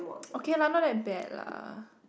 okay lah not that bad lah